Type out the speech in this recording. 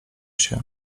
się